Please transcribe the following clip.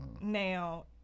Now